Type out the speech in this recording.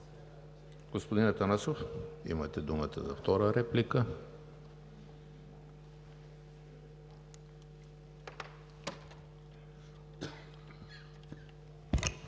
Господин Атанасов, имате думата за втора реплика.